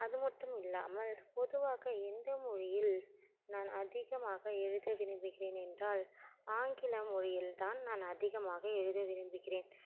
அதுமட்டும் இல்லாமல் பொதுவாக எந்த மொழியில் நான் அதிகமாக எழுத விரும்புகிறேன் என்றால் ஆங்கில மொழியில் தான் நான் அதிகமாக எழுத விரும்புகிறேன்